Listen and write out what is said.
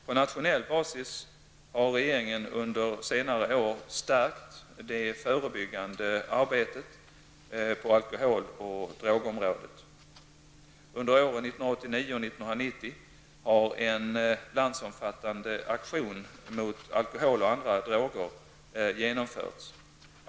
På nationell basis har regeringen under senare år stärkt det förebyggande arbetet på alkohol och drogområdet. Under åren 1989 och 1990 har en landsomfattande aktion mot alkohol och andra droger genomförts.